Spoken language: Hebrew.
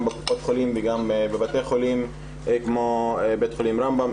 בקופות חולים וגם בבתי חולים כמו בית חולים רמב"ם,